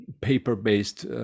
paper-based